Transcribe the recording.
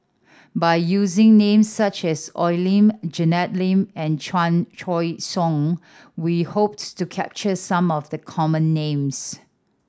by using names such as Oi Lin Janet Lim and Chan Choy Siong we hope to capture some of the common names